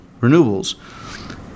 renewables